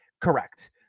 Correct